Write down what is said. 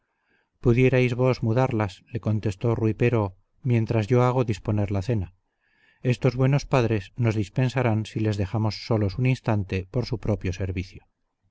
aún pudierais vos mudarlas le contestó rui pero mientras yo hago disponer la cena estos buenos padres nos dispensarán si les dejamos solos un instante por su propio servicio